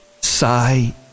Sigh